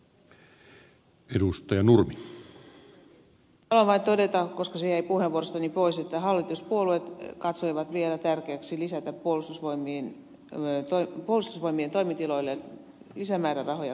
haluan vain todeta koska se jäi puheenvuorostani pois että hallituspuolueet katsoivat vielä tärkeäksi lisätä puolustusvoimien toimitiloille lisämäärärahoja korjausavustuksiin